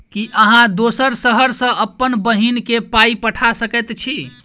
की अहाँ दोसर शहर सँ अप्पन बहिन केँ पाई पठा सकैत छी?